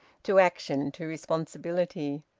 to action, to responsibility.